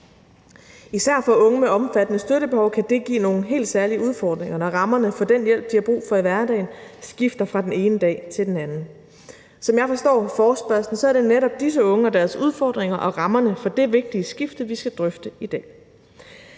Især for unge med omfattende støttebehov kan det give nogle helt særlige udfordringer, når rammerne for den hjælp, de har brug for i hverdagen, skifter fra den ene dag til den anden. Som jeg forstår forespørgslen, er det netop disse unge og deres udfordringer og rammerne for det vigtige skifte, vi skal drøfte i dag.